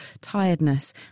tiredness